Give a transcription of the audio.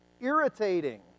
irritating